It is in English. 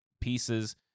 pieces